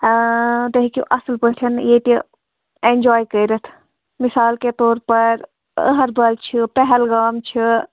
تُہۍ ہیٚکِو اَصٕل پٲٹھٮ۪ن ییٚتہِ اٮ۪نجاے کٔرِتھ مِثال کے طور پَر أہربَل چھُ پہلگام چھُ